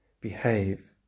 behave